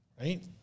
Right